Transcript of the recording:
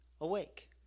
awake